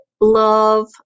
love